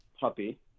puppy